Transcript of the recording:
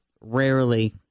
rarely